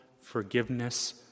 forgiveness